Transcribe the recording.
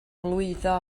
lwyddo